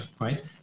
right